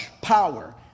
power